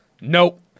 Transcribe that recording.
Nope